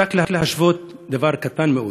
רק להשוות דבר קטן מאוד: